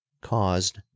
caused